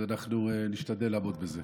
אנחנו נשתדל לעמוד בזה.